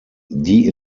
die